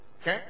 okay